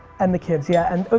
and the kids, yeah. and ah